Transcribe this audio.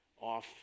off